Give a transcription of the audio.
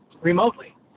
remotely